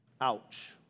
Ouch